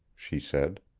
she said.